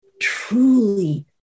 truly